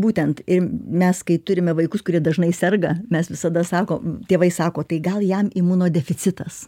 būtent ir mes kai turime vaikus kurie dažnai serga mes visada sakome tėvai sako tai gal jam imunodeficitas